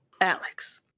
Alex